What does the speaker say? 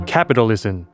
Capitalism